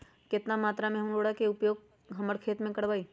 कितना मात्रा में हम उर्वरक के उपयोग हमर खेत में करबई?